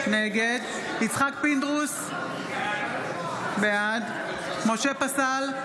נגד יצחק פינדרוס, בעד משה פסל,